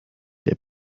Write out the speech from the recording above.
der